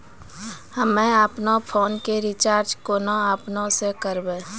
हम्मे आपनौ फोन के रीचार्ज केना आपनौ से करवै?